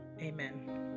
amen